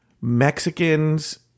Mexicans